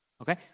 Okay